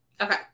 Okay